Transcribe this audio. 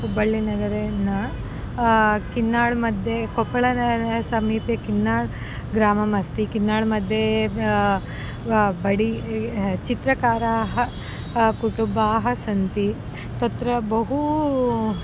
हुब्बळ्ळिनगरे न किन्नाळ्मध्ये कोप्पळा समीपे किन्नाळ्ग्रामम् अस्ति किन्नाळ्मध्ये बडि चित्रकाराः कुटुम्बाः सन्ति तत्र बहवः